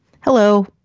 Hello